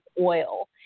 oil